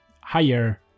higher